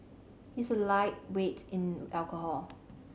he is a lightweight in alcohol